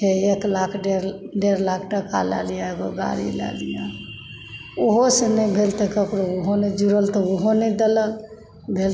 एक लाख डेढ़ लाख टका लए लियऽ एगो गाड़ी लए लियऽ ओहसे नहि भेल तऽ ककरो ओहो नहि देलक भेल